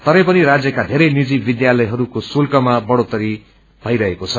तरै पनि राज्यको धेरै निजी विद्यालयहस्को श्रुल्कमा बढोत्तरी भइरहेको छ